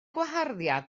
gwaharddiad